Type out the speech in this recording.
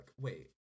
wait